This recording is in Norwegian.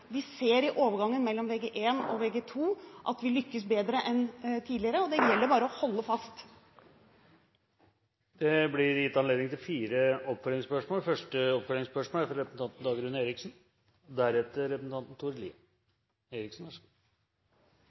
at vi lykkes bedre i overgangen mellom Vg1 og Vg2 enn tidligere , og det gjelder bare å holde fast ved det. Det blir gitt anledning til fire oppfølgingsspørsmål – først representanten Dagrun Eriksen.